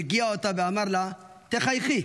הרגיע אותה ואמר לה: תחייכי,